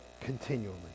continually